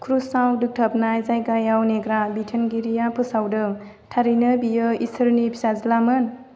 ख्रुसाव दोखथाबनाय जायगायाव नेग्रा बिथोनगिरिया फोसावदों थारैनो बियो इसोरनि फिसाज्लामोन